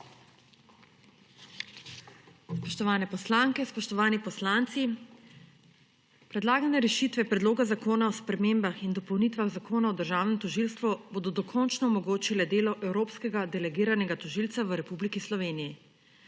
Spoštovane poslanke, spoštovani poslanci! Predlagane rešitve Predloga zakona o spremembah in dopolnitvah Zakona o državnem tožilstvu bodo dokončna omogočile delo evropskega delegiranega tožilca v Republiki Sloveniji.